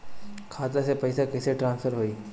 खाता से पैसा कईसे ट्रासर्फर होई?